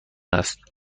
است